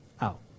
out